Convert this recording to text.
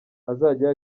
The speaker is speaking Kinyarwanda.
azajya